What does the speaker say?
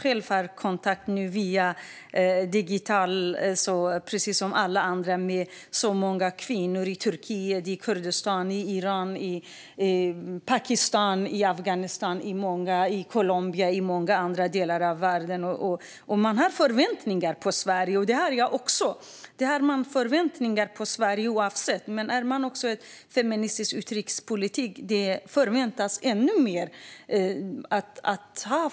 Jag har digital kontakt med många kvinnor i Turkiet, Kurdistan, Iran, Pakistan, Afghanistan, Colombia och många andra delar av världen. De har förväntningar på Sverige, och det har jag också. Det finns alltid förväntningar på Sverige, men med en feministisk utrikespolitik förväntas ännu mer.